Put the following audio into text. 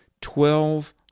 Twelve